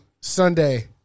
Sunday